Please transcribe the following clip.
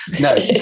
no